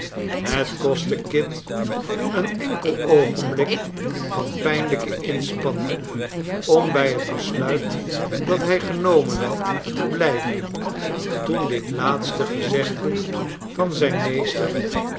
het kostte kit een enkel oogenblik van pijnlijke inspanning om bij het besluit dat hij genomen had te blijven toen dit laatste gezegde van zijn meester